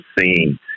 seen